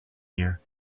here